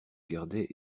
gardait